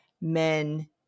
men